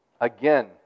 Again